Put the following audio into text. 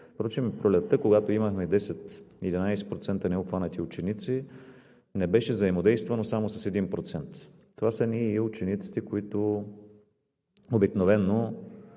Впрочем през пролетта, когато имахме 10 – 11% необхванати ученици, не беше взаимодействано само с 1%. Това са учениците, които обикновено